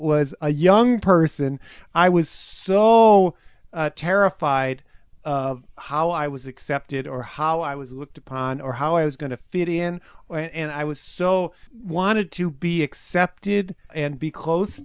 was a young person i was so terrified of how i was accepted or how i was looked upon or how i was going to fit in or and i was so wanted to be accepted and be close